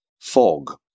fog